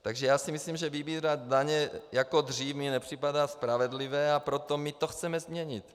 Takže já si myslím, že vybírat daně jako dřív mi nepřipadá spravedlivé, a proto to chceme změnit.